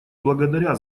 благодаря